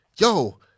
yo